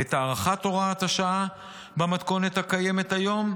את הארכת הוראת השעה במתכונת הקיימת היום,